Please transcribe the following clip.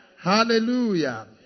Hallelujah